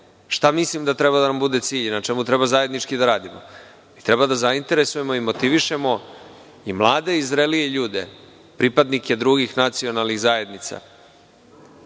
reč. Šta mislim da treba da nam bude cilj i na čemu treba zajednički da radimo? Da li treba da zainteresujemo i motivišemo mlade i zrelije ljude, pripadnike drugih nacionalnih zajednica